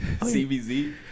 CBZ